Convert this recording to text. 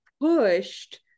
pushed